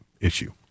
issue